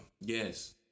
Yes